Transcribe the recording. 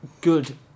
good